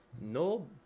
no